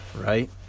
right